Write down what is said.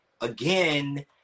again